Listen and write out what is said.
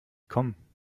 kommen